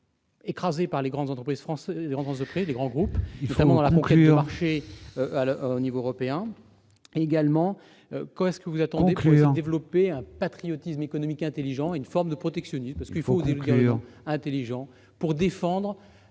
Il faut conclure